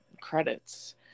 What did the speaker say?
credits